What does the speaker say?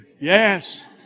Yes